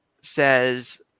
says